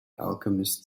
alchemist